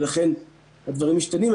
ולכן הדברים משתנים.